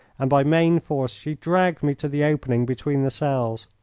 and by main force she dragged me to the opening between the cells.